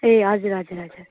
ए हजुर हजुर हजुर